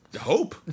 hope